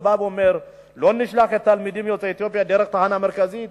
אומר: לא נשלח תלמידים יוצאי אתיופיה דרך תחנה מרכזית,